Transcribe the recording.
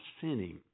sinning